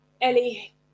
Ellie